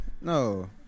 No